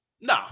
No